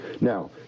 Now